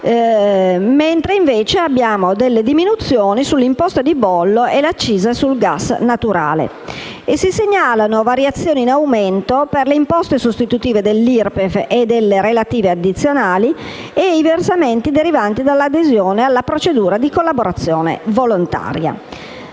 mentre abbiamo delle diminuzioni sull'imposta di bollo e l'accisa sul gas naturale. Si segnalano altresì variazioni in aumento per le imposte sostitutive dell'IRPEF e delle relative addizionali e i versamenti derivanti dall'adesione alla procedura di collaborazione volontaria.